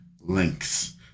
links